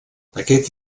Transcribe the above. aquest